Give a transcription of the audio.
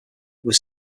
was